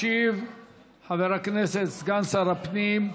ישיב חבר הכנסת, סגן שר הפנים,